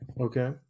okay